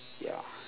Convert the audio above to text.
ya